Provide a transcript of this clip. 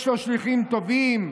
יש לו שליחים טובים,